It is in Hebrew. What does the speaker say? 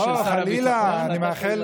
לא, חלילה, אני לא ממלא מקום של שר הביטחון.